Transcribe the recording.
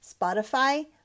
Spotify